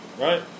Right